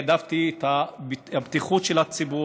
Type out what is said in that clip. העדפתי את הבטיחות של הציבור,